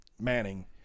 Manning